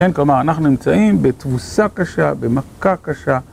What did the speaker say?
כן, כלומר, אנחנו נמצאים בתבוסה קשה, במכה קשה.